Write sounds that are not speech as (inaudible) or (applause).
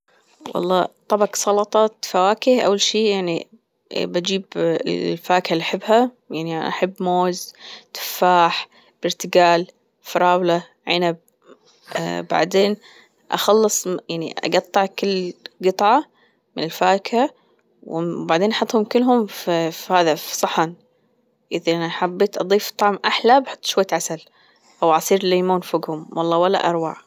والله طبق سلطة الفواكه أول شي يعني بأجيب الفاكهة اللي أحبها يعني أحب موز تفاح برتجال فراولة عنب (hesitation) بعدين أخلص يعني أجطع كل جطعة من الفاكهة بعدين أحطهم كلهم في صحن إذا أنا حبيت أضيف طعم أحلى بأحط شوية عسل أو عصير ليمون فوجهم والله ولا أروع